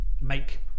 make